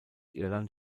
irland